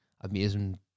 amazing